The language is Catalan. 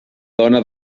dona